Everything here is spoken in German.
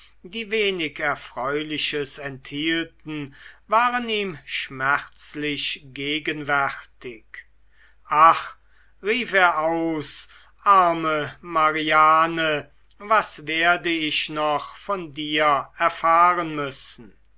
die wenig erfreuliches enthielten waren ihm schmerzlich gegenwärtig ach rief er aus arme mariane was werde ich noch von dir erfahren müssen